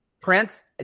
Prince